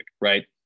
right